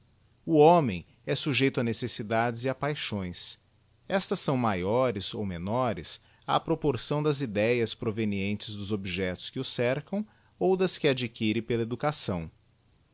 o homem é sujeito a necessidades e a paixões estas são maiores ou menores á proporção das ideias provenientes dos objectos que o cercam ou das que adquire pela educação